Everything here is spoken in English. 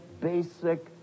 basic